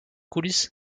coulisse